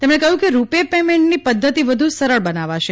તેમણે કહ્યું કે રૂપે પેમેન્ટની પદ્ધતિ વધુ સરળ બનાવાશે